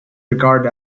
regarded